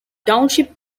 township